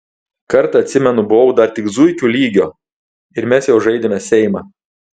kartą atsimenu buvau dar tik zuikių lygio ir mes jau žaidėme seimą